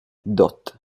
dott